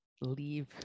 leave